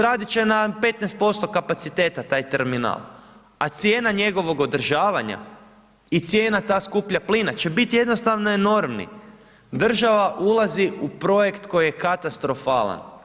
Radit će na 15% kapaciteta taj terminal a cijena njegovog održavanja i cijena ta skupljeg plina će bit jednostavno enormni, država ulazi u projekt koji je katastrofalan.